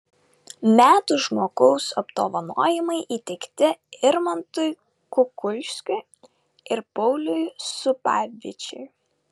metų žmogaus apdovanojimai įteikti irmantui kukulskiui ir pauliui zubavičiui